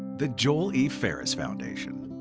the joel e ferris foundation